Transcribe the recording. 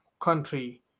country